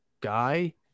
guy